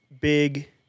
big